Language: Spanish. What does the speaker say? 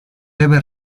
debe